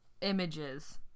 images